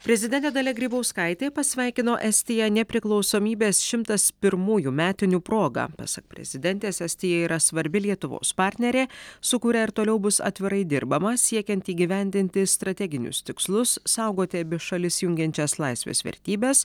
prezidentė dalia grybauskaitė pasveikino estiją nepriklausomybės šimtas pirmųjų metinių proga pasak prezidentės estija yra svarbi lietuvos partnerė sukuria ir toliau bus atvirai dirbama siekiant įgyvendinti strateginius tikslus saugoti abi šalis jungiančias laisvės vertybes